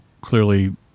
Clearly